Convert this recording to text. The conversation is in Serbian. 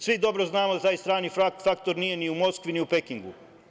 Svi dobro znamo da taj strani faktor nije ni u Moskvi ni u Pekingu.